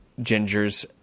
Gingers